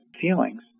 feelings